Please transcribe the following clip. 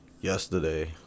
yesterday